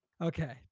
Okay